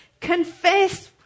Confess